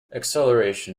acceleration